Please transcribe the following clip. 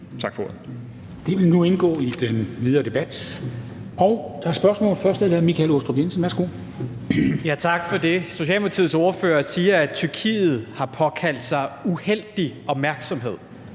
Tak for det.